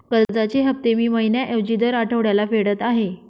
कर्जाचे हफ्ते मी महिन्या ऐवजी दर आठवड्याला फेडत आहे